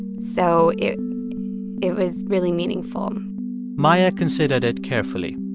so it it was really meaningful um maia consider it it carefully.